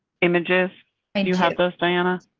images and you have those diana.